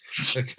Okay